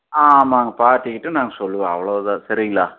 ஆமாங்க பார்ட்டி கிட்டே நாங்கள் சொல்லுவோம் அவ்வளோ தான் சரிங்களா